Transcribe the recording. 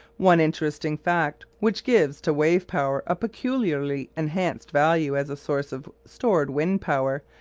one interesting fact, which gives to wave-power a peculiarly enhanced value as a source of stored wind-power,